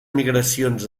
migracions